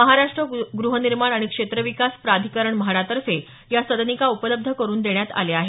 महाराष्ट्र ग्रहनिर्माण आणि क्षेत्रविकास प्राधिकरण म्हाडातर्फे या सदनिका उपलब्ध करून देण्यात आल्या आहेत